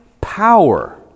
power